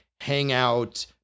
hangout